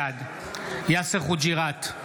בעד יאסר חוג'יראת,